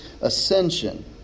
ascension